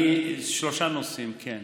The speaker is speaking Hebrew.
שלושה נושאים, כן,